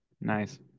Nice